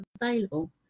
available